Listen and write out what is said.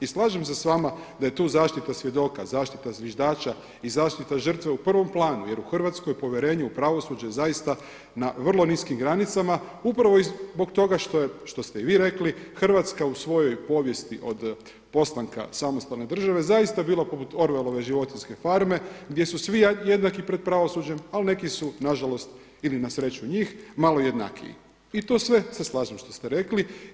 I slažem se s vama da je tu zaštita svjedoka, zaštita zviždača i zaštita žrtve u prvom planu jer u Hrvatskoj povjerenje u pravosuđe je zaista na vrlo niskim granicama, upravo zbog toga što ste i vi rekli Hrvatska u svojoj povijesti od postanka samostalne države zaista bila poput Orwellove životinjske farme gdje su svi jednaki pred pravosuđem ali neki su nažalost ili na sreću njih, malo jednakiji i to sve se slažem što ste rekli.